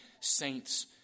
saints